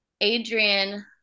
Adrian